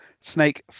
snake